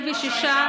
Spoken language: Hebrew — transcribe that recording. ובהם 46 קטינים.